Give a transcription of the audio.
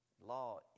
Law